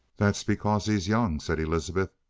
that's because he's young, said elizabeth.